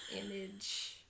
image